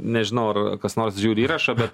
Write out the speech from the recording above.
nežinau ar kas nors žiūri įrašą bet